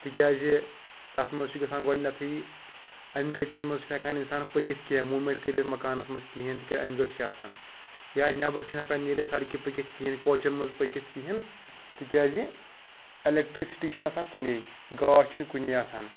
تِکیازِ تَتھ منٛز چھُ گژھان گۄڈٕنٮ۪تھٕے اَنہِ گٔٹِس منٛز چھُنہٕ ہٮ۪کان اِنسان پٔکِتھ کینٛہہ موٗمٮ۪نٛٹ کٔرِتھ مَکانَس منٛز کِہیٖنۍ تِکیٛازِ اَنہِ گٔٹ چھِ آسان یا نٮ۪بَر چھِنہٕ ہٮ۪کان نیٖرِتھ سڑکہِ پٔکِتھ کِہیٖنۍ کوچَن منٛز پٔکِتھ کِہیٖنۍ تِکیٛازِ اٮ۪لیکٹرٛسِٹی چھَنہٕ آسان کُنے گاش چھِنہٕ کُنی آسان